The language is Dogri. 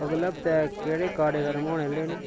अगले हफ्तै केह्ड़े कार्यक्रम होने आह्ले न